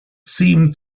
seemed